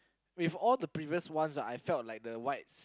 with all the previous ones ah I felt like the white